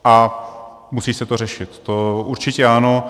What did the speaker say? A musí se to řešit, to určitě ano.